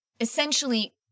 essentially